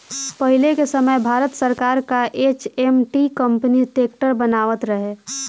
पहिले के समय भारत सरकार कअ एच.एम.टी कंपनी ट्रैक्टर बनावत रहे